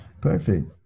Perfect